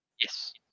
Yes